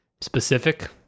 specific